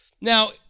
Now